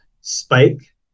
spike